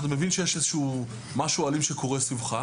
אתה מבין שיש איזה משהו אלים שקורה סביבך,